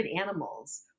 animals